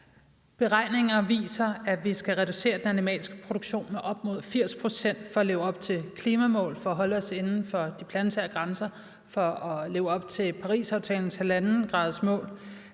Beregninger viser, at vi skal reducere den animalske produktion med op mod 80 pct. for at leve op til klimamål og for at holde os inden for de planetære grænser og for at leve op til Parisaftalens halvandengradsmål.